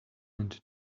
and